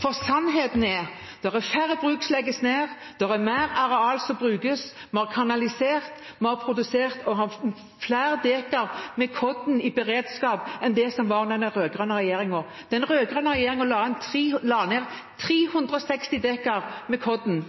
For sannheten er at det er færre bruk som legges ned, det er mer areal som brukes, vi har kanalisert og produsert og har flere dekar med korn i beredskap enn under den rød-grønne regjeringen. Den rød-grønne regjeringen la ned 360 000 dekar med korn.